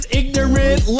ignorant